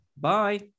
Bye